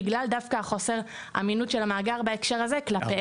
בגלל דווקא חוסר האמינות של המאגר בהקשר הזה כלפיהם.